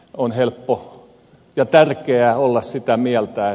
on helppo ja tärkeää olla sitä mieltä